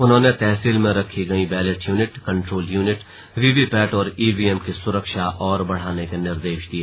उन्होंने तहसील में रखी गई ballot unit control unit VVPAT और ईवीएम की सुरक्षा और बढ़ाने के निर्देश दिए